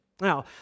Now